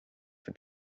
for